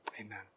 Amen